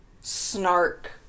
snark